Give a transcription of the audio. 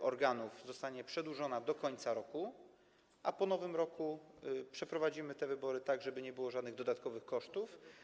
organów zostanie przedłużona do końca roku, a po Nowym Roku przeprowadzimy te wybory, żeby nie było żadnych dodatkowych kosztów.